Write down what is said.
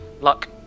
luck